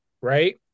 right